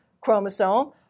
chromosome